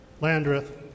Landreth